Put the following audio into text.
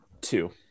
two